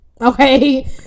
okay